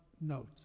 note